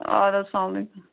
اَدٕ حظ سلام علیکُم